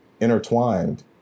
intertwined